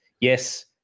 yes